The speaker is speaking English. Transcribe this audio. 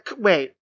wait